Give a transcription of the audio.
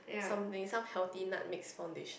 something some healthy nut mix foundation